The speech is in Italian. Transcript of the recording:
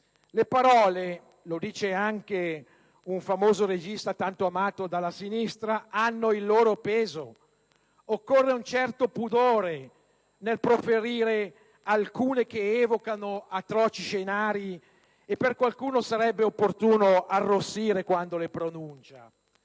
peso, lo dice anche un famoso regista tanto amato dalla sinistra. Occorrerebbe perciò un certo pudore nel proferirne alcune che evocano atroci scenari e per qualcuno sarebbe opportuno arrossire nel pronunciarle.